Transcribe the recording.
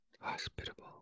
hospitable